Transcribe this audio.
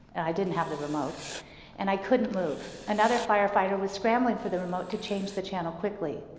didn't have the remote and i couldn't move. another firefighter was scrambling for the remote to change the channel quickly,